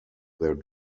their